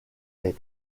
les